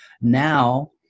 Now